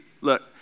look